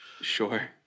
Sure